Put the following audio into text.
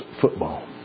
Football